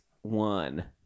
one